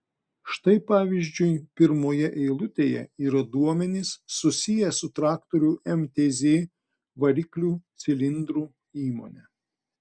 štai pavyzdžiui pirmoje eilutėje yra duomenys susiję su traktorių mtz variklių cilindrų įmone